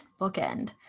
bookend